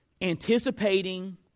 Anticipating